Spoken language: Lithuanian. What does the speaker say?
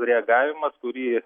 sureagavimas kurį